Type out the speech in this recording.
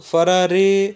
Ferrari